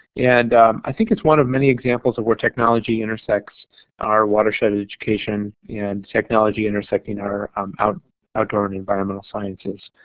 and i think it's one of many examples of where technology intersects our watersheds education and technology intersecting our um our outdoor and environmental sciences.